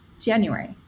January